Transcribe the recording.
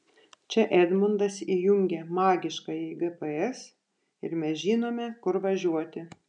čia edmundas įjungia magiškąjį gps ir mes žinome kur važiuoti